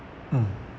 mm